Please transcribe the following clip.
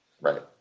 Right